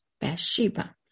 Bathsheba